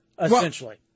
essentially